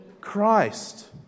Christ